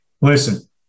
listen